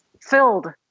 filled